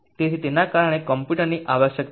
તેથી તેના કારણે કમ્પ્યુટરની આવશ્યકતા છે